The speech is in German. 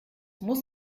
muss